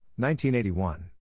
1981